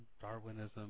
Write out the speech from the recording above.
Darwinism